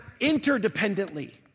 interdependently